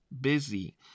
busy